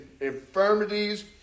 infirmities